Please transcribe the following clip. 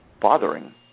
bothering